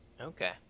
Okay